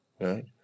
Right